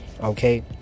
Okay